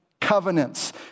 covenants